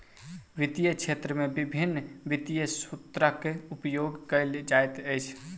वित्तीय क्षेत्र में विभिन्न वित्तीय सूत्रक उपयोग कयल जाइत अछि